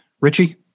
Richie